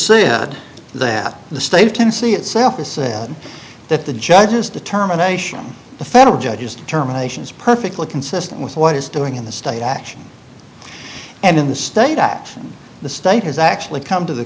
saying that the state of tennessee itself has said that the judges determination the federal judge's determination is perfectly consistent with what is doing in the state action and in the state that the state has actually come to the